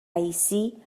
رییسی